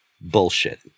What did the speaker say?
bullshit